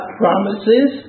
promises